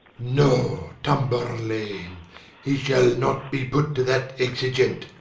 no, tamburlaine he shall not be put to that exigent,